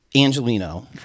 Angelino